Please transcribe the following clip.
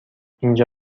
اینجا